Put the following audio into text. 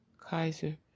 Kaiser